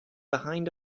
behind